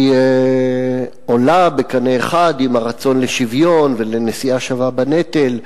היא עולה בקנה אחד עם הרצון לשוויון ולנשיאה שווה בנטל,